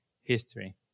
history